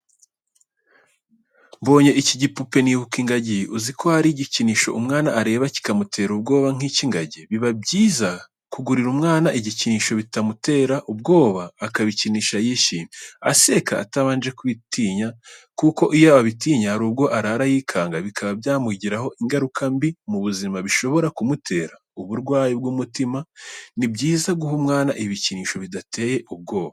Mbonye iki gipupe nibuka ingagi, uzi ko hari igikinisho umwana areba kikamutera ubwoba nk'icy'ingagi, biba byiza kugurira umwana ibikinisho bitamutera ubwoba akabikinisha yishimye, aseka atabanje kubitinya kuko iyo abitinye hari ubwo arara yikanga bikaba byamugiraho ingaruka mbi mu buzima bishobora kumutera uburwayi bw'umutima. Ni byiza guha umwana ibikinisho bidateye ubwoba.